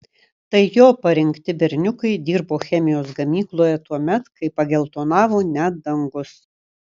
tai jo parinkti berniukai dirbo chemijos gamykloje tuomet kai pageltonavo net dangus